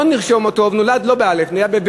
לא נרשום אותו, הוא נולד לא בא' אלא בב'